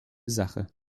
sache